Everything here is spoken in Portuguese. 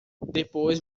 depois